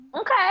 Okay